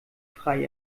frei